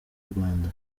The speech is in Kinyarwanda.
rwanda